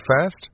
fast